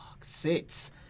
six